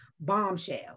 bombshell